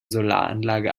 solaranlage